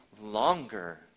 longer